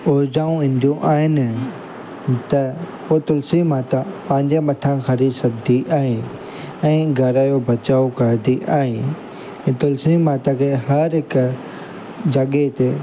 उर्जाऊं ईंदियूं आहिनि त उहो तुलसी माता पंहिंजे मथां खणी सघदी आहे ऐं घर जो बचाव कंदी आहे तुलसी माता खे हर हिकु जॻह ते